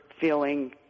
feeling